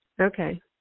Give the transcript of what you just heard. Okay